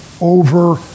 over